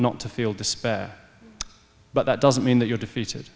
not to feel despair but that doesn't mean that you're defeated